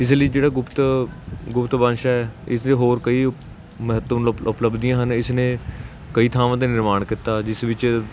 ਇਸ ਲਈ ਜਿਹੜਾ ਗੁਪਤ ਗੁਪਤ ਵੰਸ਼ ਹੈ ਇਸਦੇ ਹੋਰ ਕਈ ਮਹੱਤਵ ਉਪ ਉਪਲੱਬਧੀਆਂ ਹਨ ਇਸ ਨੇ ਕਈ ਥਾਵਾਂ 'ਤੇ ਨਿਰਮਾਣ ਕੀਤਾ ਜਿਸ ਵਿੱਚ